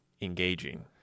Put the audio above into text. engaging